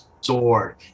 sword